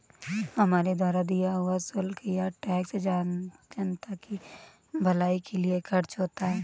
हमारे द्वारा दिया हुआ शुल्क या टैक्स जनता की भलाई के लिए खर्च होता है